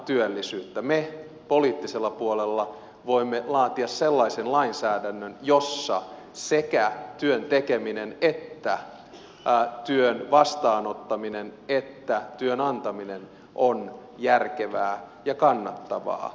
me poliittisella puolella voimme laatia sellaisen lainsäädännön jossa sekä työn tekeminen ja työn vastaanottaminen että työn antaminen on järkevää ja kannattavaa